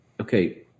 Okay